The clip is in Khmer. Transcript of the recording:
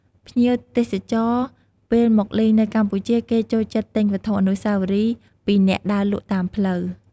ភ្ញៀវទេសចរណ៍ពេលមកលេងនៅកម្ពុជា គេចូលចិត្តទិញវត្ថុអនុស្សាវរីយ៍ពីអ្នកដើរលក់តាមផ្លូវ។